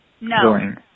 No